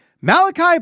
Malachi